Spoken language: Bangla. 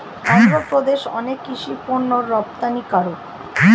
অন্ধ্রপ্রদেশ অনেক কৃষি পণ্যের রপ্তানিকারক